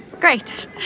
Great